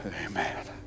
Amen